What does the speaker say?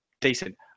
decent